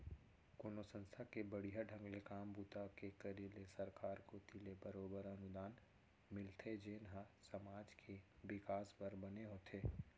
कोनो संस्था के बड़िहा ढंग ले काम बूता के करे ले सरकार कोती ले बरोबर अनुदान मिलथे जेन ह समाज के बिकास बर बने होथे